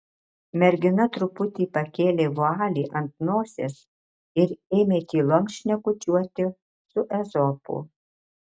mergina truputį pakėlė vualį ant nosies ir ėmė tylom šnekučiuoti su ezopu